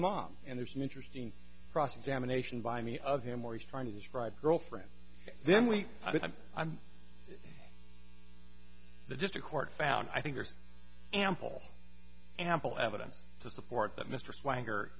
mom and there's an interesting process damnation by me of him where he's trying to describe girlfriend then we i'm i'm just a court found i think are ample ample evidence to support that mr swagger